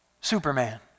Superman